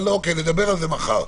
נדבר על זה מחר,